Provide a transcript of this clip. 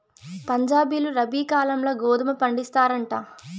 పంజాబీలు రబీ కాలంల గోధుమ పండిస్తారంట